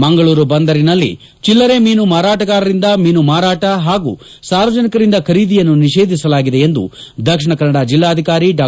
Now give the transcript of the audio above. ಮಂಗಕೂರು ಬಂದರಿನಲ್ಲಿ ಚಿಲ್ಲರೆ ಮೀನು ಮಾರಾಟಗಾರರಿಂದ ಮೀನು ಮಾರಾಟ ಹಾಗೂ ಸಾರ್ವಜನಿಕರಿಂದ ಖರೀದಿಯನ್ನು ನಿಷೇಧಿಸಲಾಗಿದೆ ಎಂದು ದಕ್ಷಿಣ ಕನ್ನಡ ಜಿಲ್ಲಾಧಿಕಾರಿ ಡಾ